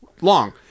long